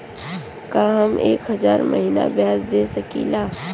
का हम एक हज़ार महीना ब्याज दे सकील?